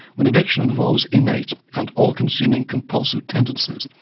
when addiction involves innate and all-consuming compulsive tendencies,